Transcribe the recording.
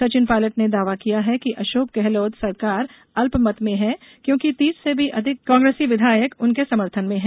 सचिन पायलट ने दावा किया है कि अशोक गहलोत सरकार अल्पमत में है क्योंकि तीस से भी अधिक कांग्रेसी विधायक उनके समर्थन में हैं